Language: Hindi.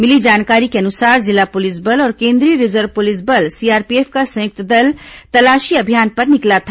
मिली जानकारी के अनुसार जिला पुलिस बल और केंद्रीय रिजर्व पुलिस बल सीआरपीएफ का संयुक्त दल तलाशी अभियान पर निकला था